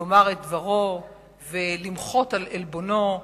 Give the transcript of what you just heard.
לומר את דברו ולמחות על עלבונו,